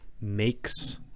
makes